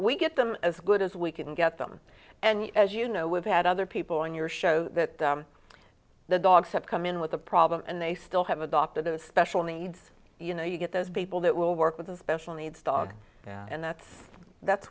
we get them as good as we can get them and as you know with had other people on your show that the dogs have come in with a problem and they still have adopted a special needs you know you get those people that will work with a special needs dog and that's that's